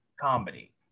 comedy